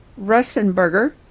Russenberger